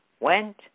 Went